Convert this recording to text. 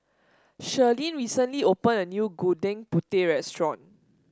Shirlene recently opened a new Gudeg Putih restaurant